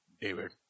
David